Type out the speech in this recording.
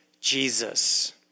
Jesus